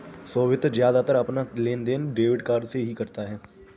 सोभित ज्यादातर अपना लेनदेन डेबिट कार्ड से ही करता है